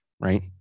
right